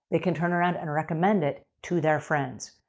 they can turn around and recommend it to their friends.